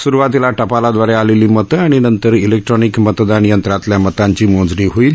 सुरुवातीला टपालादवारे आलेली मतं आणि नंतर इलेक्ट्रॉनिक मतदान यंत्रातल्या मतांची मोजणी होईल